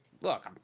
look